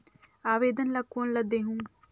आवेदन ला कोन ला देहुं?